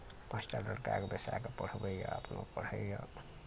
पाॅंच टा लड़काके बैसा कऽ पढ़बैया अपनो पढ़ैया